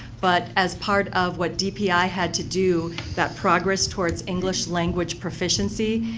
but as part of what dpi had to do, that progress towards english language proficiency,